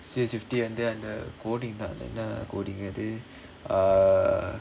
C_S fifty வந்து:vandhu coding தான் என்ன:thaan enna coding அது:adhu uh